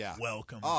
welcome